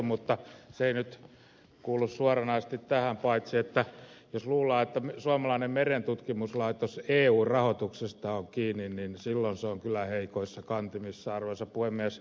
mutta se ei nyt kuulu suoranaisesti tähän paitsi että jos luullaan että suomalainen merentutkimuslaitos eun rahoituksesta on kiinni niin silloin se on kyllä heikoissa kantimissa arvoisa puhemies